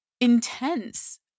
intense